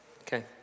Okay